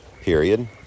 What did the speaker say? Period